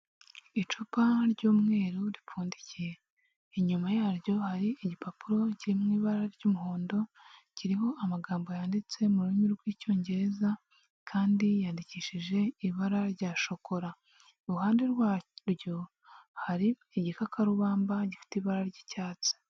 Icupa ry'umweru ripfundikiye. Inyuma yaryo hari igipapuro kiri mu ibara ry'umuhondo, kiriho amagambo yanditse mu rurimi rw'icyongereza kandi yandikishije ibara rya shokora. Iruhande rwaryo hari igikakarubamba gifite ibara ry'icyatsi.